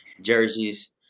jerseys